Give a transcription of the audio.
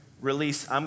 release